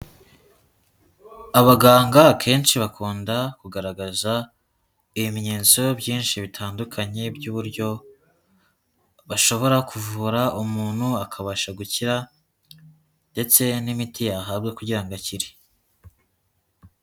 Abaganga akenshi bakunda kugaragaza ibimenyetso byinshi bitandukanye by'uburyo bashobora kuvura umuntu akabasha gukira ndetse n'imiti yahabwa kugira ngo akire.